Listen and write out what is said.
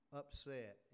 upset